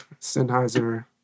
Sennheiser